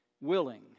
willing